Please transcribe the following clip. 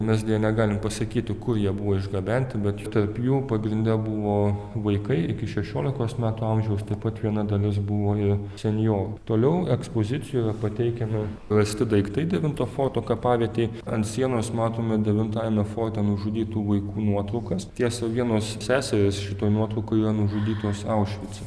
mes deja negalim pasakyti kur jie buvo išgabenti bet tarp jų pagrinde buvo vaikai iki šešiolikos metų amžiaus taip pat viena dalis buvo ir senjorų toliau ekspozicijoje pateikiami rasti daiktai devinto forto kapavietėj ant sienos matome devintajame forte nužudytų vaikų nuotraukas tiesa vienos seserys šitoj nuotraukoj yra nužudytos aušvice